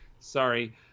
sorry